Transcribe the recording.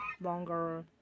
longer